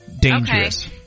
Dangerous